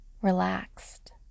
relaxed